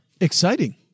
Exciting